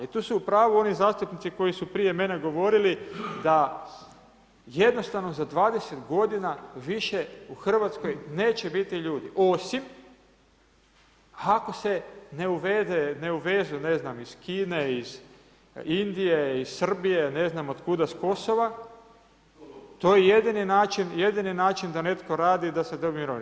I tu su u pravu oni zastupnici koji su prije mene govorili da jednostavno za 20 godina više u RH neće biti ljudi osim ako se ne uvezu ne znam, iz Kine, iz Indije, iz Srbije, ne znam otkuda, s Kosova, to je jedini način da netko radi i da se dobije mirovina.